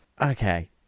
Okay